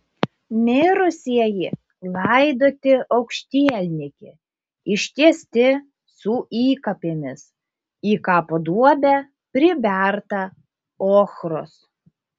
mirusieji laidoti aukštielninki ištiesti su įkapėmis į kapo duobę priberta ochros